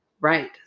Right